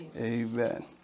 Amen